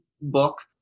book